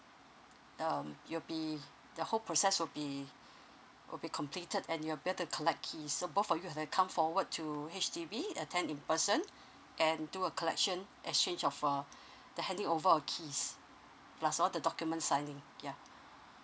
um you'll be the whole process will be will be completed and you're able to collect keys so both of you have to come forward to H_D_B attend in person and do a collection exchange of uh the handing over of keys plus all the documents signing ya